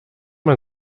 man